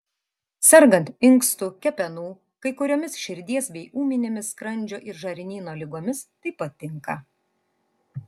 sergant inkstų kepenų kai kuriomis širdies bei ūminėmis skrandžio ir žarnyno ligomis taip pat tinka